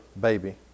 baby